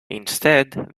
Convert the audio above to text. instead